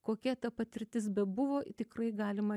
kokia ta patirtis bebuvo tikrai galima